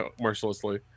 mercilessly